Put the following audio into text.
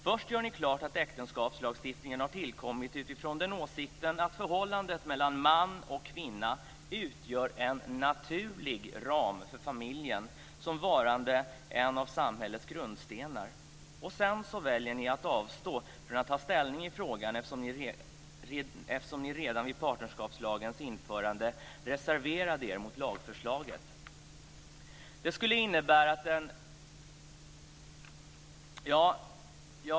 Först gör ni klart att äktenskapslagstiftningen har tillkommit utifrån åsikten att förhållandet mellan man och kvinna utgör en naturlig ram för familjen som varande en av samhällets grundstenar. Sedan väljer ni att avstå från att ta ställning i frågan eftersom ni redan vid partnerskapslagens införande reserverade er mot lagförslaget.